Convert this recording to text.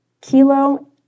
Kilo